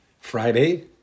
Friday